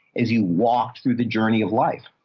as you walked through the journey of life.